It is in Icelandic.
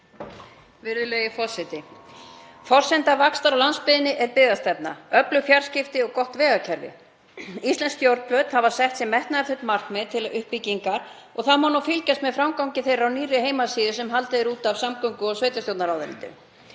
Virðulegi forseti. Forsenda vaxtar á landsbyggðinni er byggðastefna, öflug fjarskipti og gott vegakerfi. Íslensk stjórnvöld hafa sett sér metnaðarfull markmið til uppbyggingar og má fylgjast með framgangi þeirra á nýrri heimasíðu sem haldið er út af samgöngu- og sveitarstjórnarráðuneytinu.